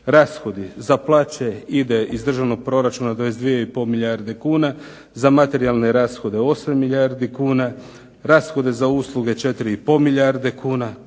Rashodi. Za plaće ide iz državnog proračuna 22,5 milijuna kuna, za materijalne rashode 8 milijardi kuna, rashode za usluge 4,5 milijarde kuna.